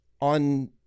on